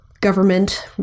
government